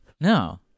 No